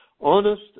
honest